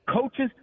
Coaches